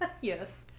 Yes